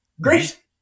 Great